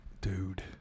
Dude